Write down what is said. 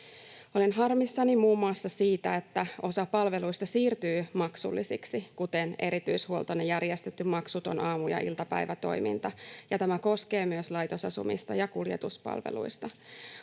Olen harmissani muun muassa siitä, että osa palveluista siirtyy maksullisiksi, kuten erityishuoltona järjestetty maksuton aamu- ja iltapäivätoiminta, ja tämä koskee myös laitosasumista ja kuljetuspalveluita.